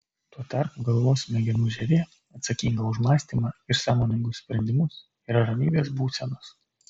tuo tarpu galvos smegenų žievė atsakinga už mąstymą ir sąmoningus sprendimus yra ramybės būsenos